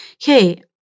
hey